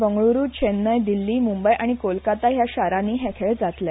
बंगळ्रू चेन्नय दिल्ली मुंबय आनी कोलकाता हया शारानी हे खेळ जातले